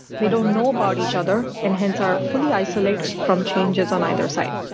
they don't know about each other, and hence, are fully isolated from changes on either side.